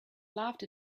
laughed